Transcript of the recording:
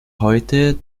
heute